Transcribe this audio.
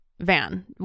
van